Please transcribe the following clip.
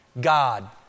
God